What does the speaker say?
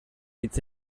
hitz